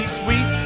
sweet